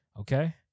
Okay